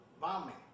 bombing